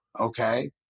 Okay